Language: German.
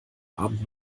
abend